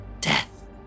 death